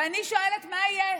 ואני שואלת: מה יהיה?